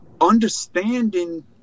understanding